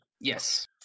Yes